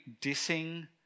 dissing